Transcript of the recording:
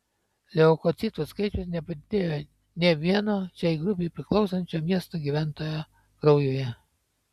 leukocitų skaičius nepadidėjo nė vieno šiai grupei priklausančio miesto gyventojo kraujuje